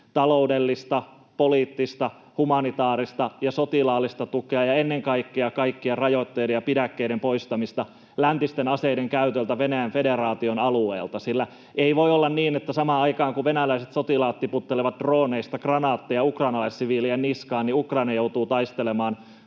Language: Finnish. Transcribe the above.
taloudellista, poliittista, humanitaarista ja sotilaallista tukea ja ennen kaikkea kaikkien rajoitteiden ja pidäkkeiden poistamista läntisten aseiden käytöltä Venäjän federaation alueella. Ei voi olla niin, että samaan aikaan, kun venäläiset sotilaat tiputtelevat drooneista kranaatteja ukrainalaissiviilien niskaan, Ukraina joutuu taistelemaan